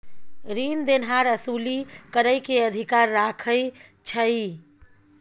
रीन देनहार असूली करइ के अधिकार राखइ छइ